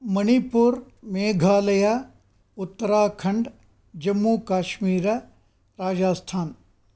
Manipur Meghalaya Uttarakhand Jammu Kashmir Rajasthan